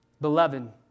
Beloved